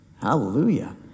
hallelujah